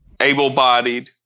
able-bodied